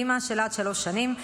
של עד שלוש שנים קדימה.